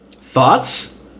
thoughts